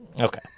okay